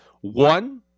One